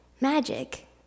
Magic